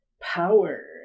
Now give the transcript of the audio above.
power